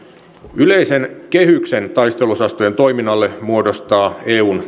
yleisen kehyksen taisteluosastojen toiminnalle muodostaa